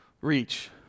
reach